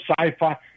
sci-fi